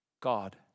God